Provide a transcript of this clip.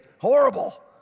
horrible